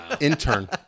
Intern